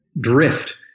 drift